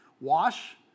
Wash